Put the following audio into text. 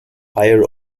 higher